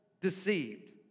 deceived